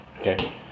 Okay